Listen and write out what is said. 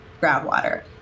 groundwater